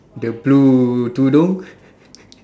the blue tudung